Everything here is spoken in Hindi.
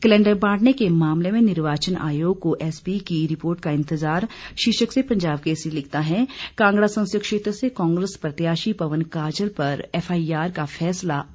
कैलेंडर बांटने के मामले में निर्वाचन आयोग को एसपी की रिपोर्ट का इंतजार शीर्षक से पंजाब केसरी लिखता है कांगड़ा संसदीय क्षेत्र से कांग्रेस प्रत्याशी पवन काजल पर एफआईआर का फैसला आज संभावित